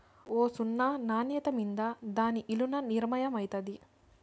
ఒస్తున్న నాన్యత మింద దాని ఇలున నిర్మయమైతాది